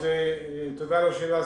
תודה על השאלה.